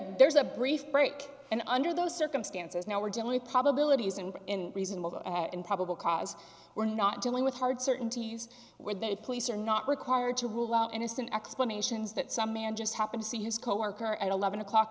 there's a brief break and under those circumstances now we're doing probabilities and in reasonable and probable cause we're not dealing with hard certainties where the police are not required to rule out innocent explanations that some man just happened to see his coworker at eleven o'clock